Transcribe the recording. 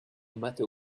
matter